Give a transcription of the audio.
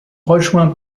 rejoints